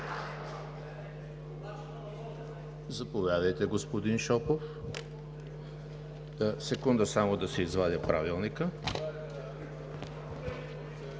Заповядайте, господин Шопов. Секунда само да си извадя Правилника.